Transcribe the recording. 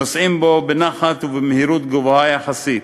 נוסעים בו בנחת ובמהירות גבוהה יחסית.